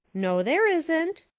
no, there isn't.